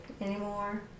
anymore